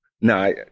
No